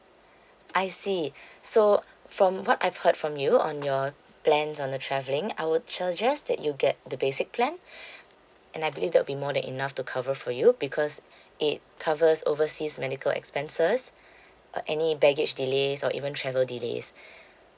I see so from what I've heard from you on your plans on the travelling I would suggest that you get the basic plan and I believe that'll be more than enough to cover for you because it covers overseas medical expenses uh any baggage delays or even travel delays